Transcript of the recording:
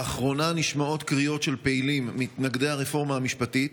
לאחרונה נשמעות קריאות של פעילים מתנגדי הרפורמה המשפטית